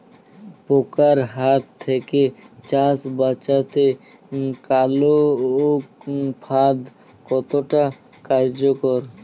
পোকার হাত থেকে চাষ বাচাতে আলোক ফাঁদ কতটা কার্যকর?